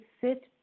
sit